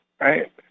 right